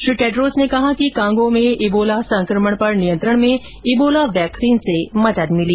Shri Tedros ने कहा कि कांगो में इबोला संकमण पर नियंत्रण में इबोला वैक्सीन से मदद मिली